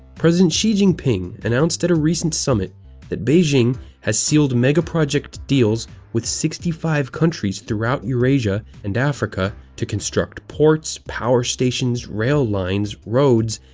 president xi jinping announced at a recent summit that beijing has sealed megaproject deals with sixty five countries throughout eurasia and africa to construct ports, power stations, rail lines, roads,